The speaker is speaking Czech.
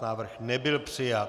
Návrh nebyl přijat.